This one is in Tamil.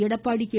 எடப்பாடி கே